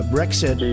Brexit